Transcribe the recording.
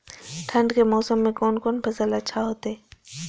ठंड के मौसम में कोन कोन फसल अच्छा होते?